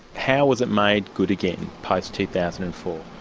how was it made good again post two thousand and four?